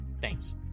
Thanks